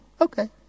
Okay